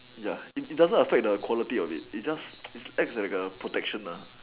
ya it doesn't affect the quality of it it just acts like a protection